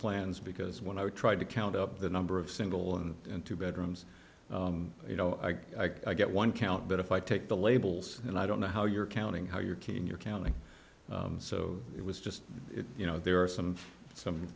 plans because when i tried to count up the number of single one and two bedrooms you know i get one count but if i take the labels and i don't know how you're counting how you're keeping your counting so it was just you know there are some some